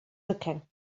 looking